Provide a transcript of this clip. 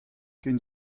ken